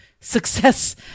success